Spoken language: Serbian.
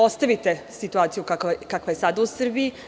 Ostavite situaciju kakva je sada u Srbiji.